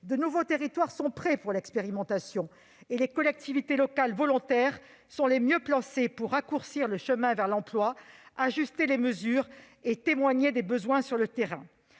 De nouveaux territoires sont prêts pour l'expérimentation, et les collectivités locales volontaires sont les mieux placées pour raccourcir le chemin vers l'emploi, ajuster les mesures et témoigner des besoins sur le terrain.